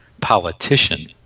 politician